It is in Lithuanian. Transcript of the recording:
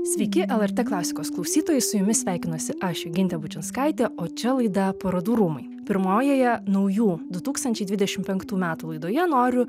sveiki lrt klasikos klausytojai su jumis sveikinuosi aš jogintė bučinskaitė o čia laida parodų rūmai pirmojoje naujų du tūkstančiai dvidešimt penktų metų laidoje noriu